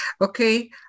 Okay